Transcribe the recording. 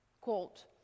Quote